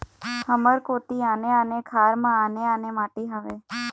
हमर कोती आने आने खार म आने आने माटी हावे?